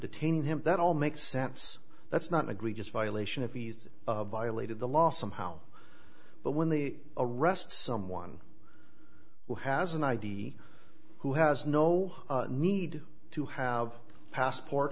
detain him that all makes sense that's not agree just violation of ease of violated the law somehow but when they arrest someone who has an id who has no need to have a passport